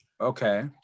Okay